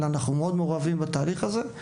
אלא אנחנו מאוד מעורבים בתהליך הזה.